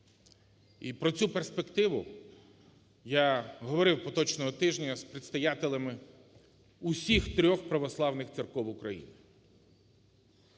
І про цю перспективу я говорив поточного тижня з предстоятелями усіх трьох Православних Церков України.